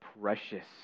precious